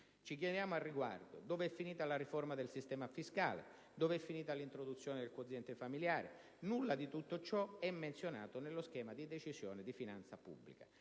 Ci chiediamo al riguardo dove sia finita la riforma del sistema fiscale, dove sia finita l'introduzione del quoziente familiare. Nulla di tutto ciò è menzionato nello schema di Decisione di finanza pubblica.